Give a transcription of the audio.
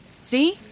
See